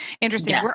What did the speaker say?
Interesting